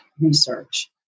research